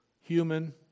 human